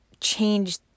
change